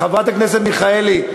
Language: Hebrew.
חברת הכנסת מיכאלי,